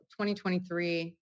2023